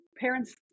parents